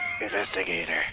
Investigator